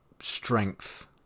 strength